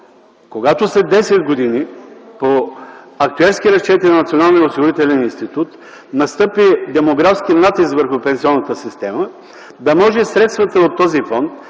Когато след 10 години по актюерски разчети на Националния осигурителен институт настъпи демографски натиск върху пенсионната система, да може средствата от този фонд,